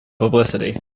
publicity